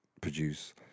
produce